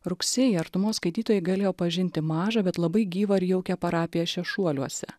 rugsėjį artumos skaitytojai galėjo pažinti mažą bet labai gyvą ir jaukią parapiją šešuoliuose